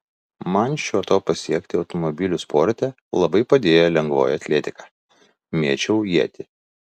man šio to pasiekti automobilių sporte labai padėjo lengvoji atletika mėčiau ietį